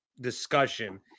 discussion